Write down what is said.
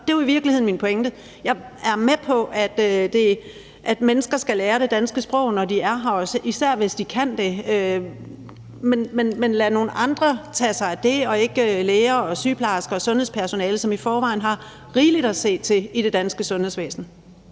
det er jo i virkeligheden min pointe. Jeg er med på, at mennesker skal lære det danske sprog, når de er her, og især også hvis de kan gøre det, men at vi skal lade nogle andre tage sig af det, så det er ikke læger, sygeplejersker og andet sundhedspersonale, som skal gøre det, som i forvejen har rigeligt at se til i det danske sundhedsvæsen.